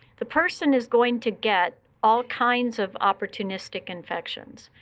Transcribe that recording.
the person is going to get all kinds of opportunistic infections.